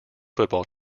football